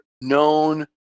known